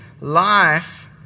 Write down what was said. life